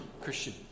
Christian